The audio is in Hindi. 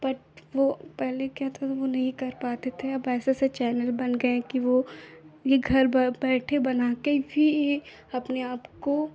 बट वह पहले क्या था तो वह नहीं कर पाते थे अब ऐसे ऐसे चैनल बन गए हैं कि वह यह घर बैठे बनाकर भी अपने आपको